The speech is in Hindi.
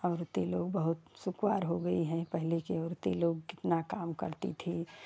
औरतें लोग बहुत सुखवार हो गई हैं पहले के औरतें लोग कितना काम करती थीं